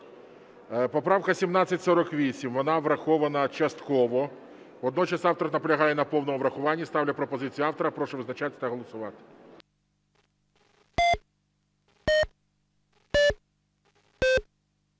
Поправка 1748, вона врахована частково. Водночас автор наполягає на повному врахуванні. Ставлю пропозицію автора. Прошу визначатись та голосувати.